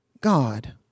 God